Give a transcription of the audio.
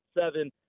seven